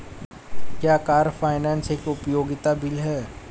क्या car finance एक उपयोगिता बिल है?